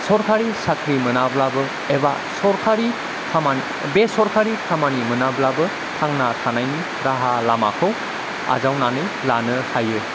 सरखारि साख्रि मोनाब्लाबो एबा सरखारि खामानि बे सरखारि खामानि मोनाब्लाबो थांना थानायनि राहा लामाखौ आजावनानै लानो हायो